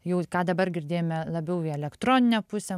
jau ką dabar girdėjome labiau į elektroninę pusę